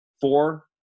four